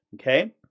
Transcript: Okay